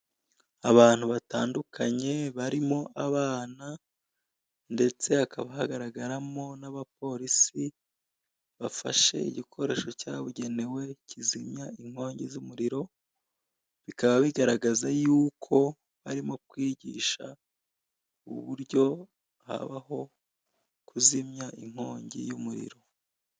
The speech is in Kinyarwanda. Abantu batandukanye barimo abana ndetse hakaba harimo n'abapolisi bafashe igikoresho cyabugenewe kizimya inkongi z'umuriro, bikaba bigaragaza yuko barimo kwigisha uburyo habaho kuzimya inkongi y'umuriro.